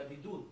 בבידוד ביתי,